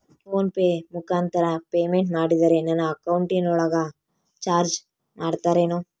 Phone pay ಮುಖಾಂತರ payment ಮಾಡಿದರೆ ನನ್ನ ಅಕೌಂಟಿನೊಳಗ ಚಾರ್ಜ್ ಮಾಡ್ತಿರೇನು?